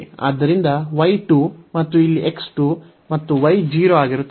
ಆದ್ದರಿಂದ y 2 ಮತ್ತು ಇಲ್ಲಿ x 2 ಮತ್ತು y 0 ಆಗಿರುತ್ತದೆ